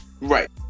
right